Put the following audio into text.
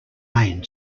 main